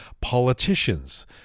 politicians